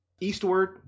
eastward